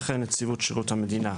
וכן נציבות שירות המדינה.